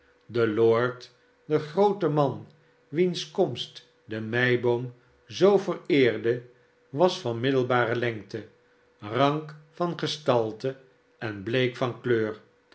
de lord de groote man wiens komst de meiboom zoo vereerde was van middelbare lengte rank van gestalte en bleek van kleur